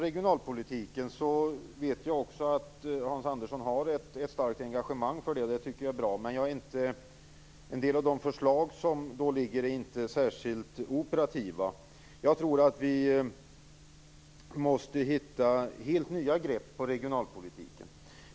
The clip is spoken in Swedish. Jag vet att Hans Andersson har ett starkt engagemang för regionalpolitiken. Men en del av de förslag som är framlagda är inte särskilt operativa. Jag tror att vi måste ta helt nya grepp när det gäller regionalpolitiken.